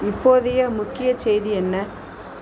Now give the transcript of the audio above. இப்போதைய முக்கிய செய்தி என்ன